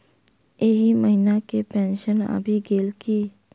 एहि महीना केँ पेंशन आबि गेल की